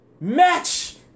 Match